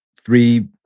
three